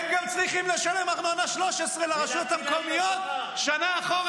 הם גם צריכים לשלם ארנונה 13 לרשויות המקומיות שנה אחורה,